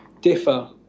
differ